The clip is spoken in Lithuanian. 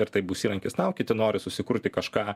ir tai bus įrankis tau kiti nori susikurti kažką